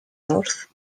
mawrth